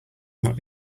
not